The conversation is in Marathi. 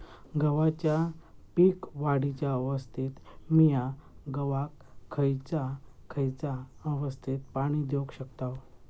गव्हाच्या पीक वाढीच्या अवस्थेत मिया गव्हाक खैयचा खैयचा अवस्थेत पाणी देउक शकताव?